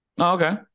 Okay